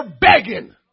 begging